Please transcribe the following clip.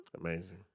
Amazing